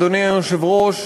אדוני היושב-ראש,